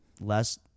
less